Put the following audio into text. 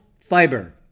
fiber